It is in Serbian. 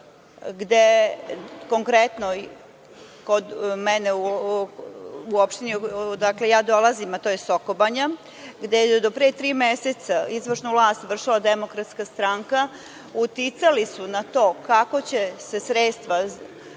gde konkretno kod mene u opštini odakle ja dolazim, a to je Sokobanja, gde je do pre tri meseca izvršnu vlast vršila DS, uticali su na to kako će se sredstva